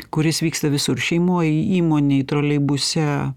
kuris vyksta visur šeimoj įmonėj troleibuse